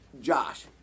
Josh